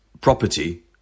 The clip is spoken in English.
property